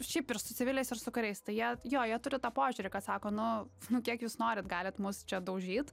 šiaip ir su civiliais ir su kariais tai jie jo jie turi tą požiūrį kad sako nu nu kiek jūs norit galit mus čia daužyt